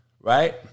right